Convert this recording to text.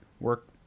work